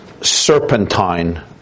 serpentine